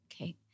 okay